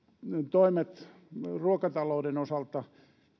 toimet ruokatalouden osalta